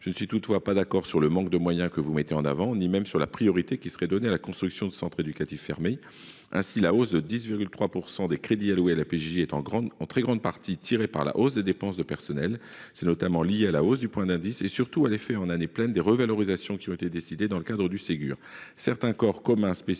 Je ne suis toutefois pas d'accord sur le manque de moyens que vous mettez en avant, ni même sur la priorité qui serait donnée à la construction de centres éducatifs fermés. La hausse de 10,3 % des crédits alloués à la PJJ est en très grande partie tirée par l'augmentation des dépenses de personnel, qui s'explique par le relèvement du point d'indice, mais, surtout, par l'effet en année pleine des revalorisations décidées dans le cadre du Ségur.